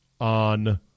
on